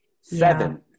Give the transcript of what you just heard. seven